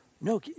no